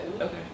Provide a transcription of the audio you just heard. Okay